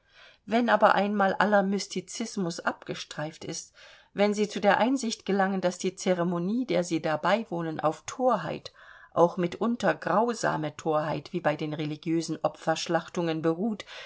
wenn aber einmal aller mystizismus abgestreift ist wenn sie zu der einsicht gelangen daß die ceremonie der sie da beiwohnen auf thorheit auch mitunter grausame thorheit wie bei den religiösen opferschlachtungen beruht